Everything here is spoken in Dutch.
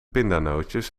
pindanootjes